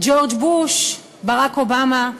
ג'ורג' בוש, ברק אובמה,